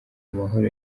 amahoro